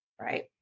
Right